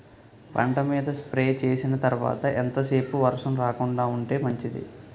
పంట మీద స్ప్రే చేసిన తర్వాత ఎంత సేపు వర్షం రాకుండ ఉంటే మంచిది?